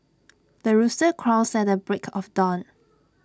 the rooster crows at the break of dawn